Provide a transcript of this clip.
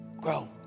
grow